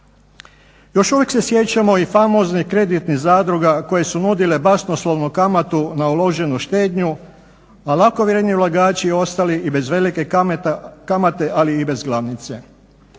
Još uvijek se sjećamo i famoznih kreditnih zadruga koje su nudile basnoslovnu kamatu na uloženu štednju, a lakovjerni ulagači ostali i bez velike kamate, ali i bez glavnice.